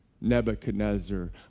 nebuchadnezzar